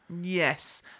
Yes